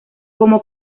como